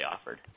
offered